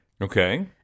Okay